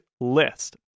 list